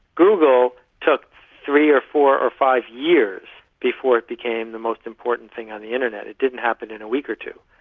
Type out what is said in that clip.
google took three or four or five years before it became the most important thing on the internet. it didn't happen in a week or two.